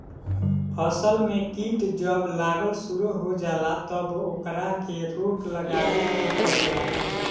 फसल में कीट जब लागल शुरू हो जाला तब ओकरा के रोक लगावे के पड़ेला